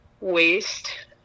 waste